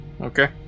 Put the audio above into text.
Okay